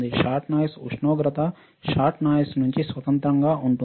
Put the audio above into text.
shot noise ఉష్ణోగ్రత shot noise నుండి స్వతంత్రంగా ఉంటుంది